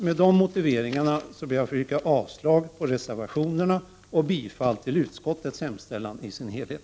Med dessa motiveringar ber jag att få yrka avslag på reservationerna och bifall till utskottets hemställan i dess helhet.